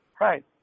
right